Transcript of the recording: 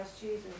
Jesus